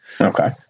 okay